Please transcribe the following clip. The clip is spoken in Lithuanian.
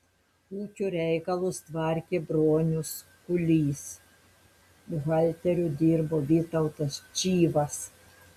ūkio reikalus tvarkė bronius kūlys buhalteriu dirbo vytautas čyvas